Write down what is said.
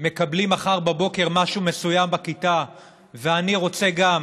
מקבלים מחר בבוקר משהו מסוים בכיתה ואני רוצה גם,